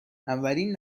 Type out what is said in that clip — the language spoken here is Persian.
اولین